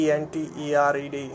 ENTERED